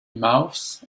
mouths